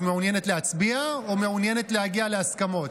את מעוניינת להצביע או מעוניינת להגיע להסכמות,